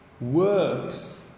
works